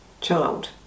child